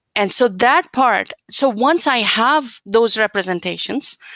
and so that part. so once i have those representations,